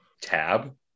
Tab